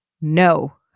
no